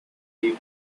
hijo